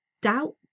doubt